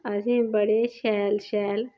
असेंगी बडे शैल शैल